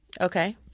Okay